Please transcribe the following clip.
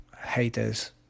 haters